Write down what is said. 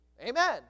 amen